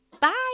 Bye